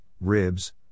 ribs